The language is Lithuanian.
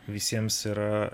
visiems yra